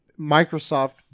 microsoft